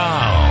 Now